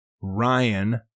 Ryan